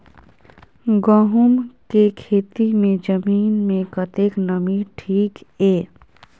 गहूम के खेती मे जमीन मे कतेक नमी ठीक ये?